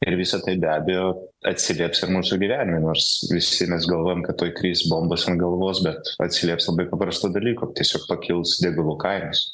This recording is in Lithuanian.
ir visa tai be abejo atsilieps ir mūsų gyvenime nors visi mes galvojam kad tuoj kris bombos ant galvos bet atsilieps labai paprastu dalyku tiesiog pakils degalų kainos